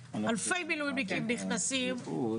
תסתכלו,